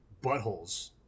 Buttholes